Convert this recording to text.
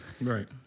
Right